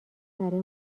برای